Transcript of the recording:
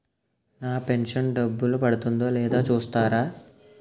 నా pension డబ్బులు పడిందో లేదో చూస్తారా?